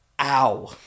Ow